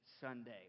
Sunday